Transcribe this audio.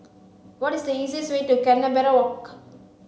what is the easiest way to Canberra Walk